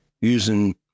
using